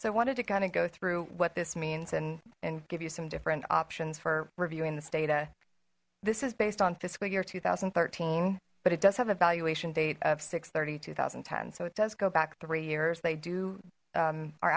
so i wanted to kind of go through what this means and and give you some different options for reviewing this data this is based on fiscal year two thousand and thirteen but it does have a valuation date of six thirty two thousand and ten so it does go back three years they do